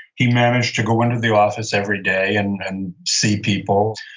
he managed to go into the office every day and and see people.